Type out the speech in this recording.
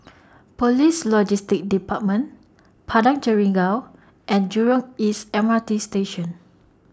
Police Logistics department Padang Jeringau and Jurong East M R T Station